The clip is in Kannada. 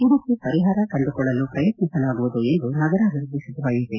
ಇದಕ್ಕೆ ಪರಿಹಾರ ಕಂಡುಕೊಳ್ಳಲು ಪ್ರಯತ್ನಿಸಲಾಗುವುದು ಎಂದು ನಗರಾಭಿವೃದ್ಧಿ ಸಚಿವ ಯುಟಿ